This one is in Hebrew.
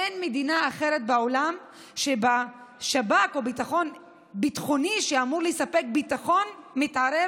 אין מדינה אחרת בעולם שבה השב"כ או גוף ביטחוני שאמור לספק ביטחון מתערב